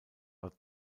war